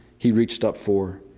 he reached up for